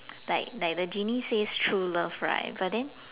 like like the genie says true love right but then